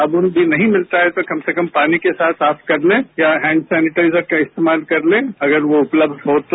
साबुन भी नहीं मिलता है तो कम से कम पानी के साथ साफ कर लें या हैंड सेनिटाइजर का इस्तेमाल कर लें अगर वो उपलब्ध हो तो